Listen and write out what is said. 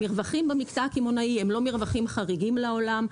המרווחים במקטע הקמעונאי הם לא מרווחים חריגים לעולם,